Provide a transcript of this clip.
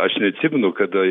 aš neatsimenu kada